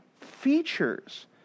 features